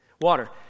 water